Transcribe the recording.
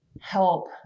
help